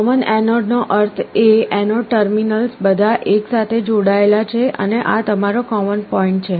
common એનોડનો અર્થ એ કે એનોડ ટર્મિનલ્સ બધા એક સાથે જોડાયેલા છે અને આ તમારો કૉમન પૉઇન્ટ છે